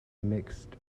mixed